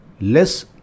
less